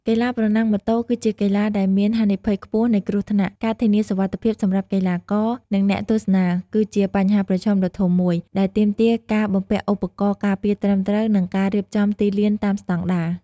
កីឡាប្រណាំងម៉ូតូគឺជាកីឡាដែលមានហានិភ័យខ្ពស់នៃគ្រោះថ្នាក់។ ការធានាសុវត្ថិភាពសម្រាប់កីឡាករ និងអ្នកទស្សនាគឺជាបញ្ហាប្រឈមដ៏ធំមួយ ដែលទាមទារការបំពាក់ឧបករណ៍ការពារត្រឹមត្រូវ និងការរៀបចំទីលានតាមស្តង់ដារ។